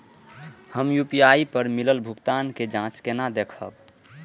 हम यू.पी.आई पर मिलल भुगतान के जाँच केना देखब?